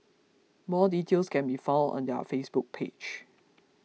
more details can be found on their Facebook page